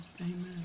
Amen